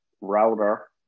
router